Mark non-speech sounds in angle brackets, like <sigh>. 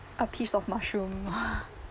a piece of mushroom <laughs>